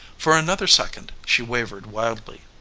for another second she wavered wildly.